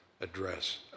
address